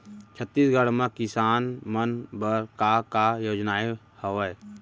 छत्तीसगढ़ म किसान मन बर का का योजनाएं हवय?